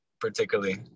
particularly